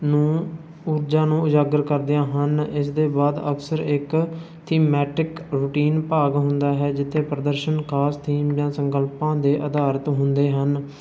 ਨੂੰ ਊਰਜਾ ਨੂੰ ਉਜਾਗਰ ਕਰਦੀਆਂ ਹਨ ਇਸ ਦੇ ਬਾਅਦ ਅਕਸਰ ਇੱਕ ਥੀਮੈਟਿਕ ਰੂਟੀਨ ਭਾਗ ਹੁੰਦਾ ਹੈ ਜਿੱਥੇ ਪ੍ਰਦਰਸ਼ਨ ਖਾਸ ਥੀਮ ਜਾਂ ਸੰਕਲਪਾਂ 'ਤੇ ਅਧਾਰਿਤ ਹੁੰਦੇ ਹਨ